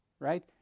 right